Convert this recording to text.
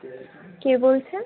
কে বলছেন